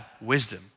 wisdom